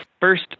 first